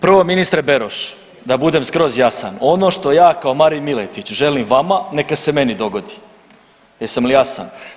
Prvo ministre Beroš da budem skroz jasan, ono što ja kao Marin Miletić želim vama neka se meni dogodi, jesam li jasan?